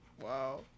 Wow